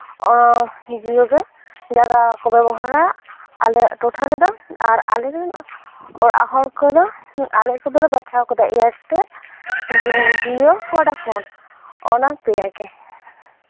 ᱡᱤᱭᱳᱜᱮ ᱡᱟᱜᱟ ᱠᱚ ᱵᱮᱵᱚᱦᱟᱨᱟ ᱟᱞᱮᱭᱟᱜ ᱴᱚᱴᱷᱟ ᱨᱮᱫᱚ ᱟᱨ ᱟᱞᱮᱨᱮᱱ ᱚᱲᱟᱜ ᱦᱚᱲ ᱠᱚᱫᱚ ᱟᱞᱮ ᱠᱚᱫᱚᱞᱮ ᱵᱟᱪᱷᱟᱣ ᱠᱟᱫᱟ ᱮᱭᱟᱨᱴᱮᱞ ᱡᱤᱭᱳ ᱵᱷᱳᱰᱟᱯᱷᱚᱱ ᱚᱱᱟ ᱯᱮᱭᱟᱜᱮ